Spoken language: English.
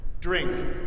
Drink